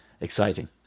exciting